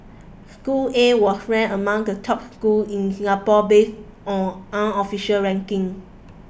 school A was ranked among the top schools in Singapore based on unofficial rankings